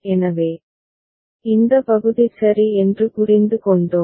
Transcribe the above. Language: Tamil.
எனவே இந்த பகுதி சரி என்று புரிந்து கொண்டோம்